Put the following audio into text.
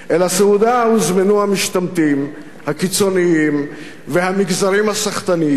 אל הסעודה הוזמנו המשתמטים הקיצונים והמגזרים הסחטניים,